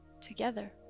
together